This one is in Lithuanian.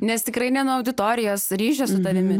nes tikrai ne nuo auditorijos ryšio su tavimi